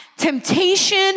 temptation